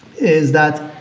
is that